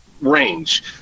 range